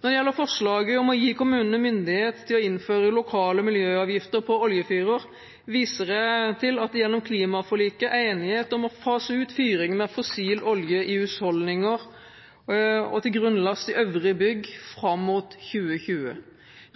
Når det gjelder forslaget til vedtak om å gi kommunene myndighet til å innføre lokale miljøavgifter på oljefyrer, viser jeg til at det gjennom klimaforliket er enighet om å fase ut fyring med fossil olje i husholdninger og til grunnlast i øvrige bygg fram mot 2020.